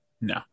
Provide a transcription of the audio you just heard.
No